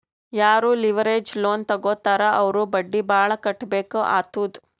ಯಾರೂ leverage loan ತಗೋತ್ತಾರ್ ಅವ್ರು ಬಡ್ಡಿ ಭಾಳ್ ಕಟ್ಟಬೇಕ್ ಆತ್ತುದ್